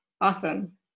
awesome